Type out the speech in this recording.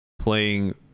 playing